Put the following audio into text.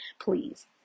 Please